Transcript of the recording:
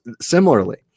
similarly